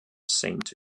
saint